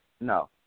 No